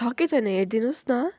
छ कि छैन हेरी दिनुहोस् न